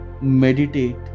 meditate